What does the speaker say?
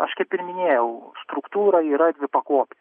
aš kaip ir minėjau struktūra yra dvipakopė